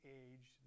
age